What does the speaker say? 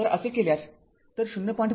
तर असे केल्यास तर ०